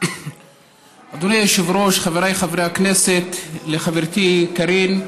אדוני היושב-ראש, חבריי חברי הכנסת, חברתי קארין,